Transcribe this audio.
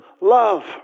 love